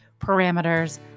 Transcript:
parameters